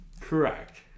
Correct